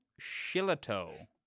Shilato